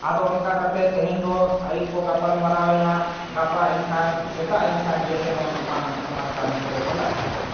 ᱟᱫᱚ ᱚᱱᱠᱟ ᱠᱟᱛᱮ ᱛᱮᱦᱮᱧ ᱫᱚ ᱟᱹᱭᱩᱵ ᱵᱚ ᱜᱟᱯᱟᱞ ᱢᱟᱨᱟᱣ ᱮᱱᱟ ᱜᱟᱯᱟ ᱮᱱᱠᱷᱟᱱ ᱥᱮᱛᱟᱜ ᱮᱱᱠᱷᱟᱱ ᱜᱮ ᱡᱮᱢᱚᱱ ᱚᱱᱟ ᱚᱱᱟ ᱠᱟᱹᱢᱤ ᱠᱚᱨᱮᱵᱚ ᱞᱟᱜᱟᱣᱚᱜᱼᱟ